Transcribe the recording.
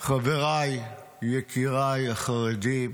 חבריי, יקיריי החרדים,